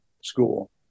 school